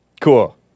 Cool